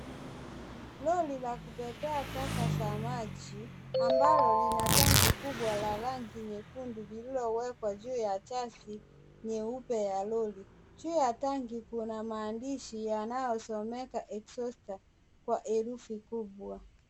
Lori la kubebea taka za maji, ambalo lina tanki kubwa la rangi nyekundu, lililowekwa juu ya chasi nyeupe ya lori. Juu ya tanki kuna maandishi yanayosomeka exhauster kwa herufi kubwa.